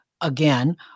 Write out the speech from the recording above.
again